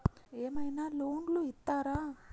ఏమైనా లోన్లు ఇత్తరా?